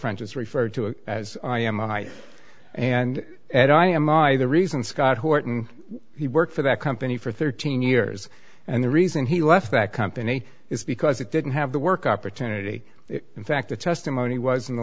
has referred to it as i am and i and and i am i the reason scott horton he worked for that company for thirteen years and the reason he left that company is because it didn't have the work opportunity in fact the testimony was in the